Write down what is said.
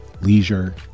leisure